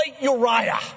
Uriah